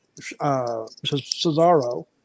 Cesaro